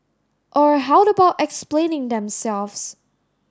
or how about explaining themselves